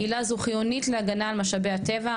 עילה זו חיונית להגנה על משאבי הטבע,